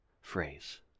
phrase